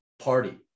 party